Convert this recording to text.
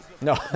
No